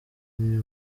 niwe